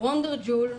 ה'וונדר ג'ול'